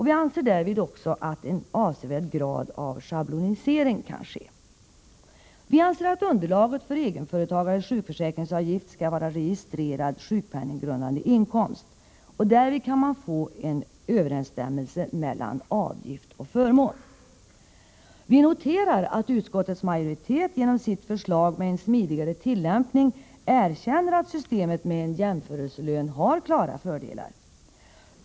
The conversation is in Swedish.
Vi anser också, att en avsevärd grad av schablonisering därvid kan ske. Vi anser att underlaget för egenföretagares sjukförsäkringsavgift skall vara registrerad sjukpenninggrundande inkomst. Därvid kan man få en överensstämmelse mellan avgift och förmån. Vi noterar, att utskottets majoritet genom sitt förslag med en ”smidigare tillämpning” erkänner att systemet med en jämförelselön har klara fördelar.